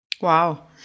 Wow